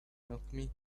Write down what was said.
alchemy